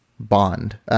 Bond